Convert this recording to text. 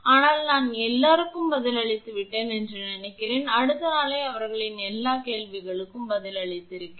ஆனால் நான் எல்லோருக்கும் பதிலளித்துவிட்டேன் என்று நினைக்கிறேன் அடுத்த நாளே அவர்களின் எல்லா கேள்விகளுக்கும் பதில் அளித்திருக்கிறேன்